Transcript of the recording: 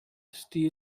steel